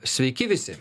sveiki visi